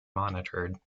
monitored